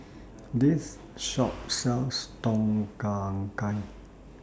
This Shop sells Tom Kha Gai